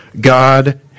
God